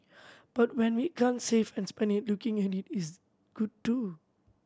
but when we can't save and spend it looking at it is good too